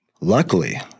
Luckily